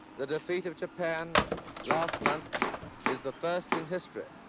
the defeat of japan last month is the first in history.